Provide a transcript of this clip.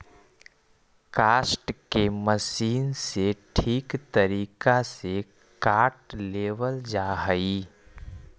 काष्ठ के मशीन से ठीक तरीका से काट लेवल जा हई